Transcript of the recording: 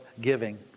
giving